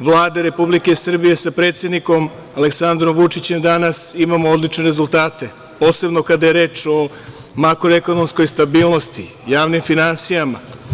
Vlade Republike Srbije sa predsednikom Aleksandrom Vučićem danas imamo odlične rezultate, posebno kada je reč o makroekonomskoj stabilnosti, javnim finansijama.